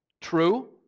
True